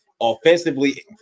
offensively